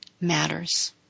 matters